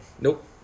Nope